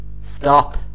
stop